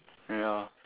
ya